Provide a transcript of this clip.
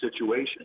situation